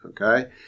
okay